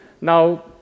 Now